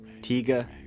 Tiga